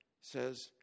says